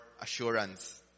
assurance